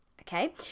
Okay